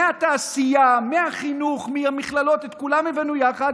מהתעשייה, מהחינוך, מהמכללות, את כולם הבאנו יחד.